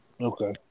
Okay